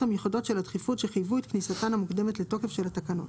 המיוחדות של הדחיפות שחייבו את כניסתן המוקדמת לתוקף של התקנות,